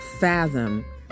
Fathom